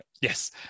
Yes